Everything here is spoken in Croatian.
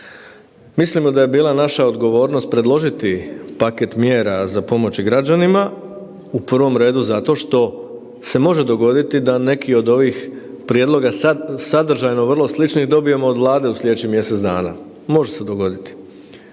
Mislimo da je bila naša odgovornost predložiti paket mjera za pomoć građanima u prvom redu zato što se može dogoditi da neki od ovih prijedloga sadržajno vrlo sličnih dobijemo od Vlade u slijedećih mjesec dana, može se dogoditi.